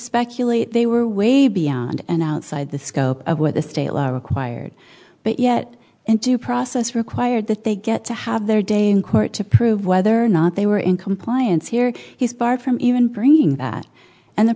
speculate they were way beyond and outside the scope of what the state law required but yet and due process required that they get to have their day in court to prove whether or not they were in compliance here he's barred from even bringing that and the